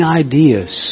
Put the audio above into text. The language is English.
ideas